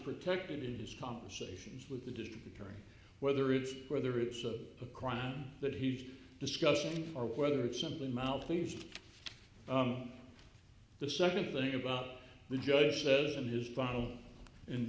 protected in his conversations with the district attorney whether it's whether it's a crime that he's discussing or whether it's simply mouth pleased the second thing about the judge that is in his final